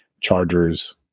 Chargers